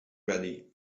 ready